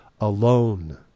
alone